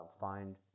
find